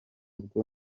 bwo